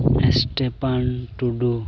Stephen Tudu